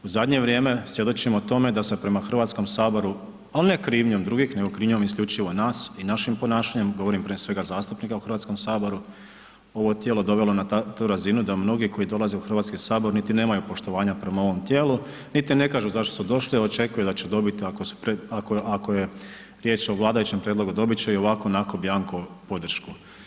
U zadnje vrijeme svjedočimo tome da se prema Hrvatskom saboru, ali ne krivnjom drugih, nego krivnjom isključivo nas i našim ponašanjem, govorim prije svega zastupnika u Hrvatskom saboru ovo tijelo dovelo na tu razinu da mnogi koji dolaze u Hrvatski sabor niti nemaju poštovanja prema ovom tijelu, niti ne kažu zašto su došli, a očekuju da će dobiti ako je, ako je riječ o vladajućem prijedlogu dobit i ovako, onako bianco podršku.